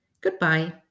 Goodbye